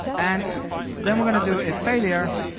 and then we do a failure